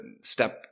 step